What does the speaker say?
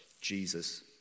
Jesus